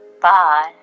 Bye